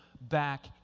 back